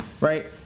Right